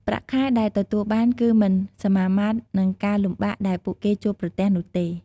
ប្រាក់ខែដែលទទួលបាន គឺមិនសមាមាត្រនឹងការលំបាកដែលពួកគេជួបប្រទះនោះទេ។